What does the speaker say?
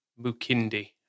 Mukindi